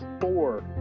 four